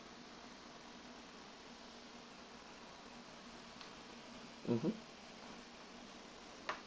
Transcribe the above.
mmhmm